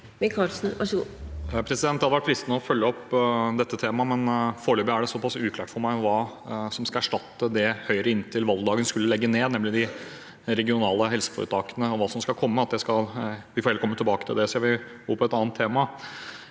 Det hadde vært fristende å følge opp dette temaet, men foreløpig er det såpass uklart for meg hva som skal erstatte det Høyre – inntil valgdagen – skulle legge ned, nemlig de regionale helseforetakene, og hva som skal komme, at vi får heller komme tilbake til det. Jeg vil over på et annet tema.